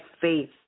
faith